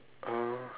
uh